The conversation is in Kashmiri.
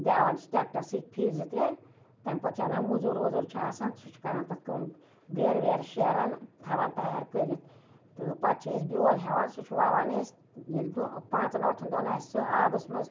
دیوان چھِس ٹٮ۪کٹَر سۭتۍ پھِرۍ زٕ ترٛےٚ تَمہِ پَتہٕ چھِ اَنان مٔزوٗر ؤزوٗر چھِ آسان سُہ چھِ کَران تَتھ کٲم بیرٕ ویرٕ شیران تھَوان تیار کٔرِتھ تہٕ پَتہٕ چھِ أسۍ بیول ہیٚوان سُہ چھُ وَوان أسۍ ییٚلہِ دۄہ پانٛژَن ٲٹھَن دۄہَن آسہِ سُہ آبَس منٛز